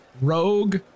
rogue